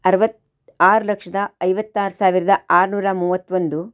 ಅರುವತ್ತು ಆರು ಲಕ್ಷದ ಐವತ್ತಾರು ಸಾವಿರದ ಆರ್ನೂರ ಮೂವತ್ತೊಂದು